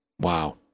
Wow